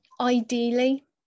Ideally